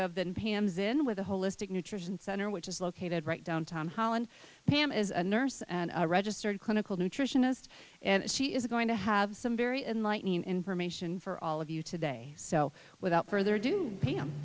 with a holistic nutrition center which is located right down tom holland pam is a nurse and a registered clinical nutritionist and she is going to have some very enlightening information for all of you today so without further ado pam